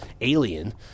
Alien